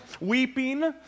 weeping